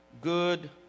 good